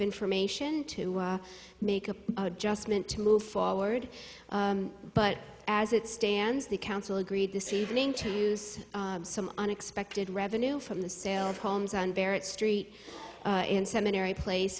information to make a adjustment to move forward but as it stands the council agreed this evening to use some unexpected revenue from the sale of homes on barrett street in seminary place